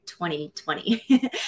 2020